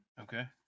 Okay